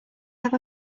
have